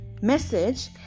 message